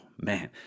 man